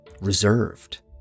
reserved